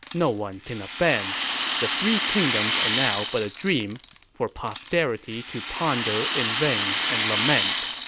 no one can up-end the three kingdoms are now but a dream for posterity to ponder in vain and lament